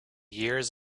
years